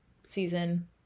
season